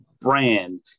brand